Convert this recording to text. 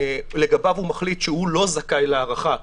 שלגביו הוא מחליט שהוא לא זכאי להארכה,